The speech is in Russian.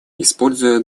используя